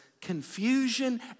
confusion